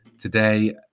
Today